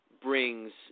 brings